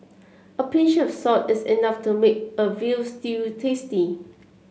a pinch of salt is enough to make a veal stew tasty